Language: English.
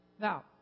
Now